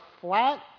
flat